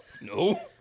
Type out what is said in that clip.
No